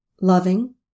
loving